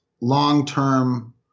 long-term